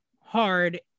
hard